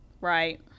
right